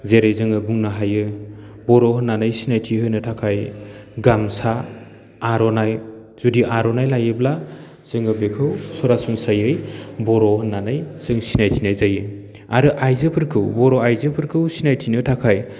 जेरै जोङो बुंनो हायो बर' होन्नानै सिनायथि होनो थाखाय गामसा आर'नाइ जुदि आर'नाइ लायोब्ला जोङो बेखौ सरासनस्रायै बर' होन्नानै जों सिनायथिनाय जायो आरो आइजोफोरखौ बर' आइजोफोरखौ सिनायथिनो थाखाय